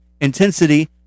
Intensity